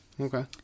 Okay